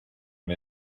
and